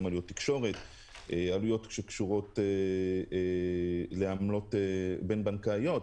כולל עלויות תקשורת ועלויות שקשורות לעמלות בין-בנקאיות,